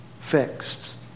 fixed